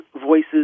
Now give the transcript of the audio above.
voices